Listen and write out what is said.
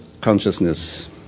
consciousness